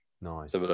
nice